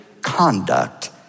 conduct